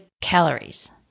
calories